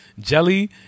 jelly